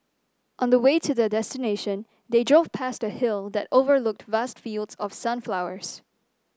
on the way to their destination they drove past a hill that overlooked vast fields of sunflowers